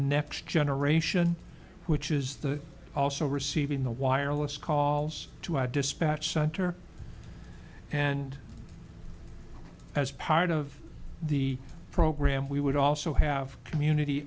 next generation which is the also receiving the wireless calls to our dispatch center and as part of the program we would also have community